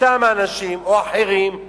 אותם אנשים או אחרים,